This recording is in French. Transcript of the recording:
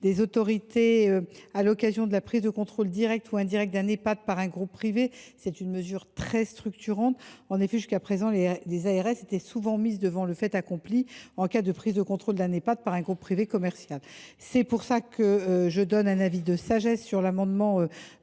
des autorités à l’occasion de la prise de contrôle directe ou indirecte d’un Ehpad par un groupe privé est une mesure très structurante. En effet, jusqu’à présent, les ARS étaient souvent mises devant le fait accompli en cas de prise de contrôle d’un Ehpad par un groupe privé commercial. Avis de sagesse sur ces deux amendements.